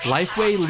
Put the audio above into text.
Lifeway